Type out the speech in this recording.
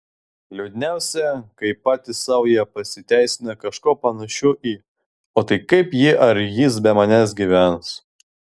liūdniausia kai patys sau jie pasiteisina kažkuo panašiu į o tai kaip ji ar jis be manęs gyvens